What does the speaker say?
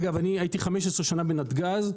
הייתי 15 שנה בנתגז,